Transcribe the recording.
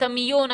את המיון,